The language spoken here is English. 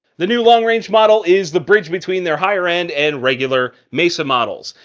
the new long range model is the bridge between their higher end and regular mesa models.